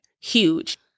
huge